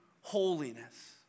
holiness